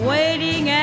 Waiting